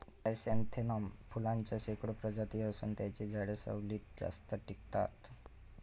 chrysanthemum फुलांच्या शेकडो प्रजाती असून त्यांची झाडे सावलीत जास्त टिकतात